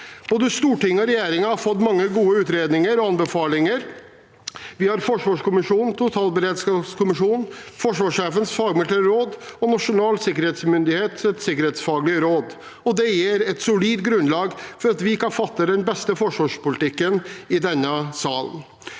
Stortinget og regjeringen har fått mange gode utredninger og anbefalinger. Vi har forsvarskommisjonen, totalberedskapskommisjonen, forsvarssjefens fagmilitære råd og Nasjonal sikkerhetsmyndighets sikkerhetsfaglige råd, og det gir et solid grunnlag for å vedta den beste forsvarspolitikken i denne salen.